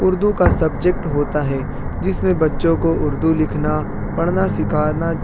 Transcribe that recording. اردو کا سبجیکٹ ہوتا ہے جس میں بچوں کو اردو لکھنا پڑھنا سکھانا